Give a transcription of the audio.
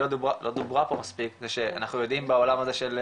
היא לא דוברה פה מספיק זה שאנחנו יודעים בעולם הזה של